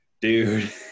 dude